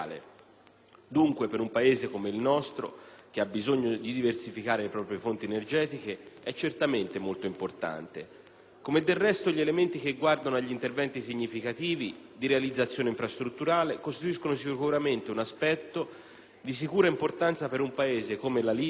dunque, per un Paese come il nostro, che ha bisogno di diversificare le proprie fonti energetiche, è certamente molto importante. Come, del resto, gli elementi che guardano agli interventi significativi di realizzazione infrastrutturale costituiscono un aspetto di sicura importanza per un Paese come la Libia